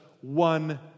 one